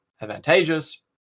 advantageous